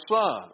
son